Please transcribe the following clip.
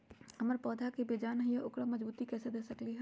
हमर पौधा छोटा बेजान हई उकरा मजबूती कैसे दे सकली ह?